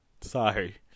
Sorry